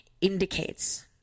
indicates